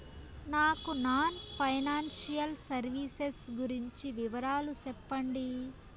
నాకు non financial services గురించి వివరాలు సెప్పండి?